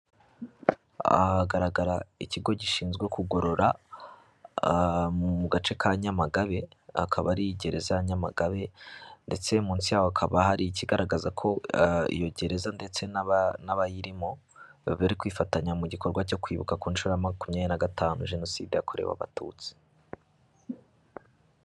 Aha hagaragara ikigo gishinzwe kugorora mu gace ka Nyamagabe, akaba ari gereza ya Nyamagabe ndetse munsi yaho hakaba hari ikigaragaza ko iyo gereza ndetse n'abayirimo bari kwifatanya mu gikorwa cyo kwibuka ku nshuro makumyabiri na gatanu jenoside yakorewe abatutsi.